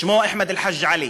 שמו אחמד חאג' עלי.